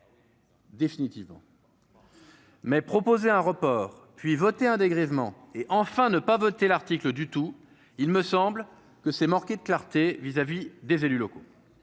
Définitivement. Mais proposer un report puis voté un dégrèvement et enfin ne pas voter l'article du tout, il me semble que ces mortiers de clarté vis-à-vis des élus locaux,